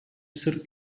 sırp